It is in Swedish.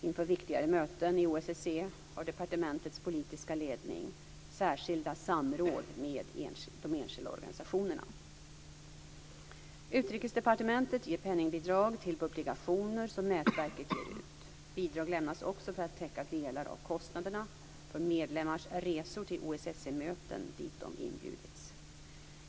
Inför viktigare möten i OSSE har departementets politiska ledning särskilda samråd med de enskilda organisationerna. Utrikesdepartementet ger penningbidrag till publikationer som nätverket ger ut. Bidrag lämnas också för att täcka delar av kostnaderna för medlemmars resor till OSSE-möten dit de inbjudits.